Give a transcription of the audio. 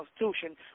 Constitution